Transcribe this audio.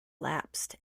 lapsed